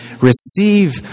receive